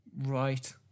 right